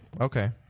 okay